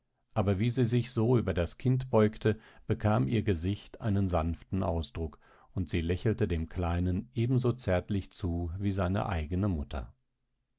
aber wie sie sich so über das kind beugte bekam ihr gesicht einen sanften ausdruck und sie lächelte dem kleinen ebenso zärtlich zu wie seine eigene mutter